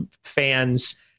fans